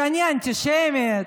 שאני אנטישמית,